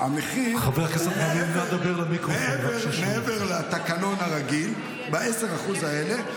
והמחיר הוא מעבר לתקנון הרגיל ב-10% האלה,